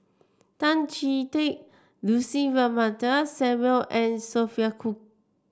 Tan Chee Teck Lucy Ratnammah Samuel and Sophia Cooke